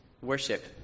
worship